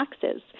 taxes